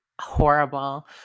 Horrible